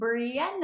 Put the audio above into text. Brianna